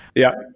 yeah.